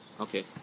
Okay